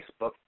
Facebook